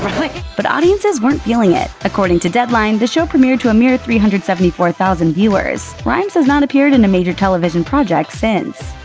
but audiences weren't feeling it. according to deadline the show premiered to a mere three hundred and seventy four thousand viewers. rimes has not appeared in a major television project since.